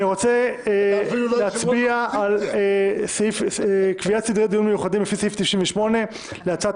אני רוצה להצביע על קביעת סדרי דיון מיוחדים לפי סעיף 98 להצעת